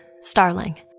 Starling